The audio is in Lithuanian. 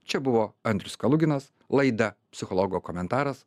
čia buvo andrius kaluginas laidą psichologo komentaras